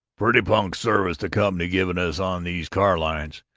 pretty punk service the company giving us on these car-lines.